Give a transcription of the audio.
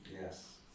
Yes